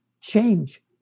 change